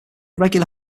regular